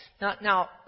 Now